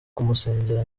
kumusengera